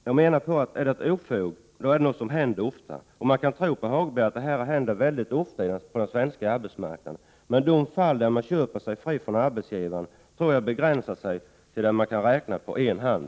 Jag menar att ordet ofog avser något som händer ofta. När man hör Lars-Ove Hagberg kan man tro att det är fråga om något som händer ofta på den svenska arbetsmarknaden. Men antalet fall där arbetsgivarna köper sig fria kan man nog räkna på en hand.